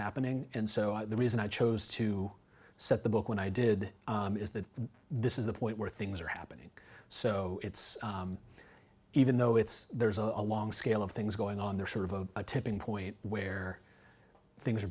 happening and so the reason i chose to set the book when i did it is that this is the point where things are happening so it's even though it's there's a long scale of things going on there sort of a tipping point where things are